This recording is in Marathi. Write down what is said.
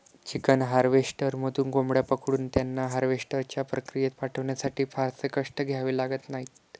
चिकन हार्वेस्टरमधून कोंबड्या पकडून त्यांना हार्वेस्टच्या प्रक्रियेत पाठवण्यासाठी फारसे कष्ट घ्यावे लागत नाहीत